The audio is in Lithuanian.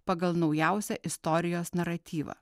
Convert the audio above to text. pagal naujausią istorijos naratyvą